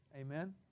Amen